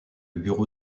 bureau